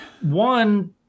One